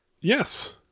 Yes